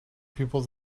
people